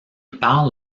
parle